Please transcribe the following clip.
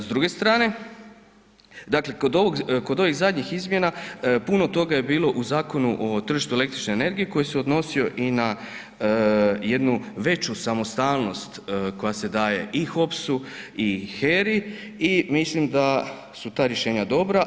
S druge strane, dakle kod ovih zadnjih izmjena puno toga je bilo u Zakonu o tržištu električne energije koji se odnosio i na jednu veću samostalnost koja se daje i HOPS-u i HERA-i i mislim da su ta rješenja dobra.